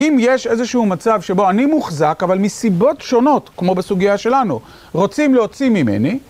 אם יש איזשהו מצב שבו אני מוחזק, אבל מסיבות שונות, כמו בסוגיה שלנו, רוצים להוציא ממני,